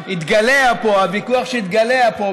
הוויכוח שהתגלע פה,